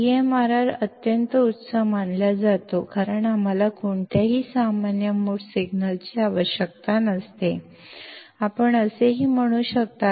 ಮತ್ತು ನಮಗೆ ಯಾವುದೇ ಕಾಮನ್ ಮೋಡ್ ಸಿಗ್ನಲ್ ಅಗತ್ಯವಿಲ್ಲದ ಕಾರಣ CMRR ತುಂಬಾ ಹೆಚ್ಚು ಎಂದು ಭಾವಿಸಲಾಗಿದೆ